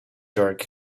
jerk